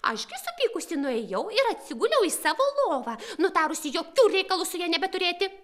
aš supykusi nuėjau ir atsiguliau į savo lovą nutarusi jokių reikalų su ja nebeturėti